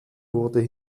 wurde